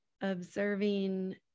observing